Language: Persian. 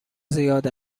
زیاد